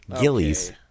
Gillies